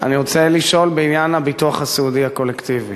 אני רוצה לשאול בעניין הביטוח הסיעודי הקולקטיבי.